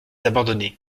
abandonner